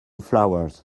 flowers